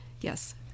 Yes